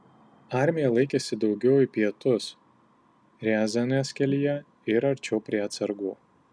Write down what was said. armija laikėsi daugiau į pietus riazanės kelyje ir arčiau prie atsargų